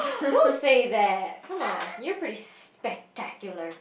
don't say that come on you're pretty spectacular